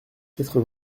quatre